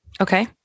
Okay